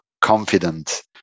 confident